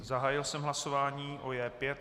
Zahájil jsem hlasování o J5.